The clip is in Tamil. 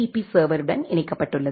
பி சர்வருடன் இணைக்கப்பட்டுள்ளது